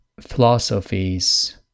philosophies